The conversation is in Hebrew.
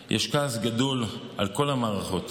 יש כעס גדול על כל המערכות.